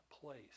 place